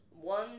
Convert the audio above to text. One